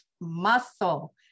muscle